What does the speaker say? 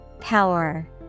Power